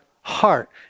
heart